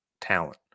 talent